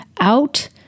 out